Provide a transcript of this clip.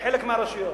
בחלק מהרשויות,